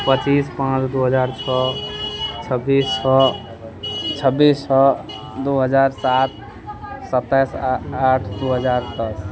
पचीस पाँच दू हजार छओ छब्बीस छओ छब्बीस छओ दू हजार सात सत्ताइस आ आठ दू हजार दस